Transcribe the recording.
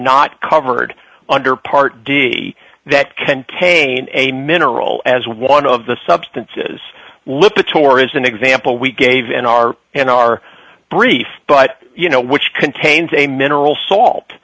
not covered under part d that can cane a mineral as one of the substances lippa tor is an example we gave in our and our brief but you know which contains a mineral salt